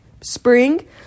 spring